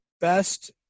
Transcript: best